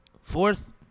Fourth